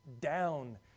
down